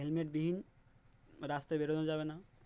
হেলমেটবিহীন রাস্তায় বেরোনো যাবে না